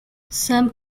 some